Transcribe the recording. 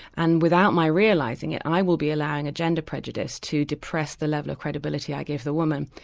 and without my realising it i will be allowing a gender prejudice to depress the level of credibility i give the woman,